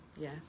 Yes